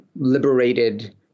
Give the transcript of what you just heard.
liberated